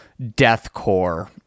deathcore